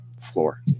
floor